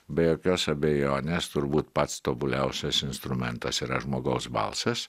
be jokios abejonės turbūt pats tobuliausias instrumentas yra žmogaus balsas